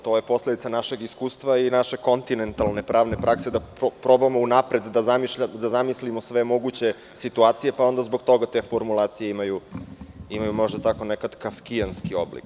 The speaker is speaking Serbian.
To je posledica našeg iskustava i naše kontinentalne pravne prakse da probamo unapred da zamislimo sve moguće situacije pa onda zbog toga te formulacije imaju možda kavkijanski oblik.